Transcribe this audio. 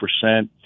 percent